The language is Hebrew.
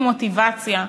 עם מוטיבציה,